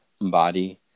body